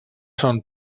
són